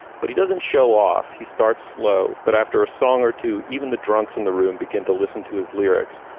but he doesn't show off. he starts slow. but after a song or two, even the drunks in the room begin to listen to his lyrics.